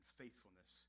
faithfulness